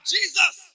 Jesus